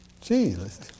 Jesus